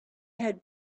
had